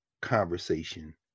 conversation